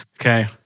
Okay